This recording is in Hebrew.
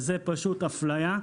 זו אפליה.